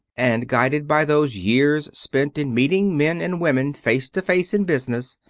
and guided by those years spent in meeting men and women face to face in business,